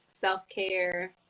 self-care